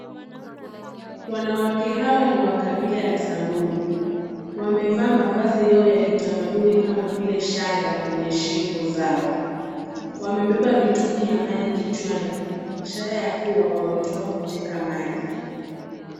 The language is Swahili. Wanawake hawa ni wa kabila la Samburu, wamevaa mavazi yao ya kitamaduni kama vile shanga kwenye shingo zao, wamebeba mitungi ya maji kichwani ishara ya kuwa wametoka kuteka maji.